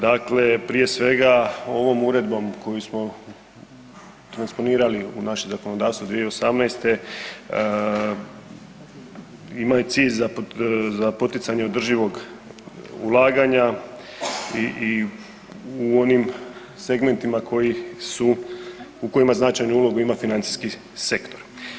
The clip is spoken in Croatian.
Dakle, prije svega ovom uredbom koju smo transponirali u naše zakonodavstvo 2018. ima i cilj za poticanje održivog ulaganja i u onim segmentima koji su, u kojima značajnu ulogu ima financijski sektor.